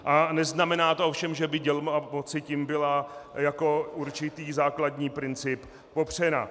A neznamená to ovšem, že by dělba moci tím byla jako určitý základní princip popřena.